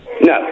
No